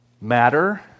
Matter